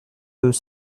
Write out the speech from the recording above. deux